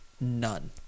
None